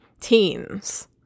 teens